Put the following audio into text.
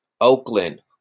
Oakland